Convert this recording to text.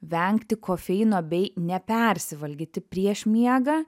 vengti kofeino bei nepersivalgyti prieš miegą